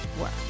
work